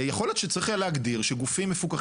יכול להיות שצריך להגדיר שגופים מפוקחים,